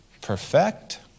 perfect